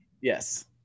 Yes